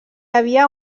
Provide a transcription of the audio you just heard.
havia